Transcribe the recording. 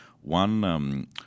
one